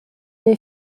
est